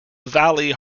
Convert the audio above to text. valley